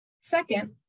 Second